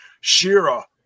Shira